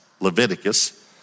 Leviticus